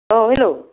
औ हेल'